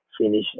finish